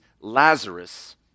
Lazarus